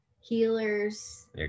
Healers